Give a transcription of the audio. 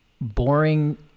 boring